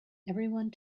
everyone